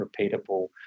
repeatable